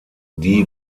die